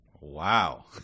Wow